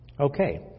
Okay